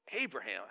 Abraham